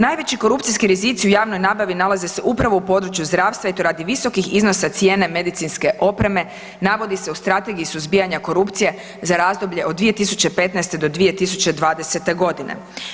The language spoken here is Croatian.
Najveći korupcijski rizici u javnoj nabavi nalaze se upravo u području zdravstva i to radi visokih iznosa cijene medicinske opreme navodi se u Strategiji suzbijanja korupcije za razdoblje od 2015. do 2020. godine.